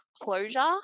closure